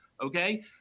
Okay